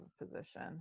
position